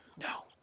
No